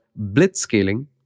blitzscaling